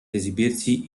esibirsi